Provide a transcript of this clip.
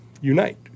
unite